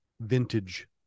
Vintage